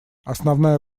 основная